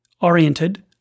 oriented